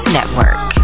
Network